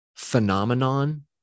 phenomenon